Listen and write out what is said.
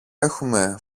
έχουμε